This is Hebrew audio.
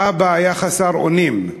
האבא היה חסר אונים,